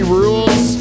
rules